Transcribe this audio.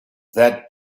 that